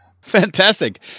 Fantastic